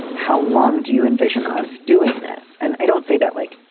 how long do you envision us doing this? and i don't say that, like,